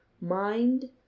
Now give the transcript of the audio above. mind